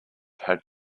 had